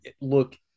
look